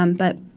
um but